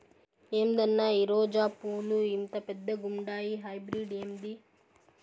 ఏందన్నా ఈ రోజా పూలు ఇంత పెద్దగుండాయి హైబ్రిడ్ ఏంది